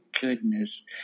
goodness